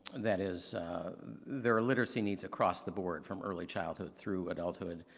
that is there are literacy needs across the board from early childhood through adulthood.